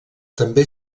també